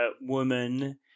woman